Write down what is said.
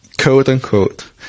quote-unquote